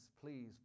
please